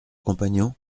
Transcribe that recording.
compagnon